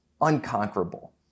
unconquerable